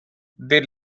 they